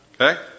Okay